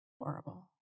horrible